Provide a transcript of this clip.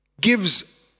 gives